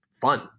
fun